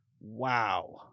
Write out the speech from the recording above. Wow